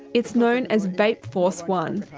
it's known as vape force one,